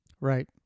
Right